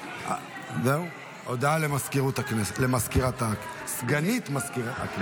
הודעה לסגנית מזכיר הכנסת.